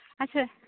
ᱟᱪᱪᱷᱟ